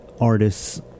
artists